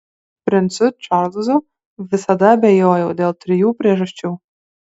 princu čarlzu visada abejojau dėl trijų priežasčių